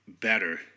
better